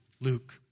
Luke